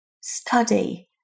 Study